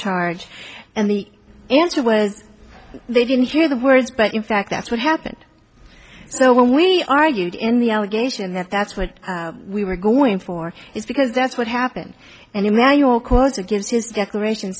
charge and the answer was they didn't hear the words but in fact that's what happened so when we argued in the allegation that that's what we were going for it's because that's what happened and emanuel cause it gives his declaration